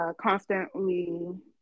constantly